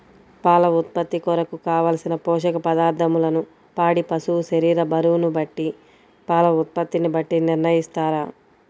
పాల ఉత్పత్తి కొరకు, కావలసిన పోషక పదార్ధములను పాడి పశువు శరీర బరువును బట్టి పాల ఉత్పత్తిని బట్టి నిర్ణయిస్తారా?